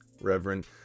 Reverend